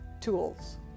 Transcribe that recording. tools